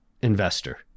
investor